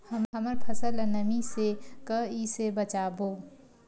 हमर फसल ल नमी से क ई से बचाबो?